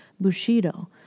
Bushido